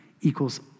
equals